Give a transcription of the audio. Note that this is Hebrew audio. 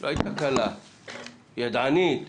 לא הייתה קלה, ידענית,